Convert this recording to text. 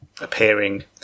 appearing